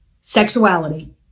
sexuality